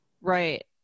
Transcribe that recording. right